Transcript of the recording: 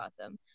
awesome